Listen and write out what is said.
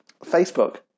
Facebook